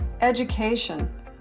education